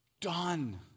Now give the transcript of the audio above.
done